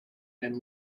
and